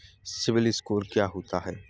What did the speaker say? CIBIL score क्या होता है?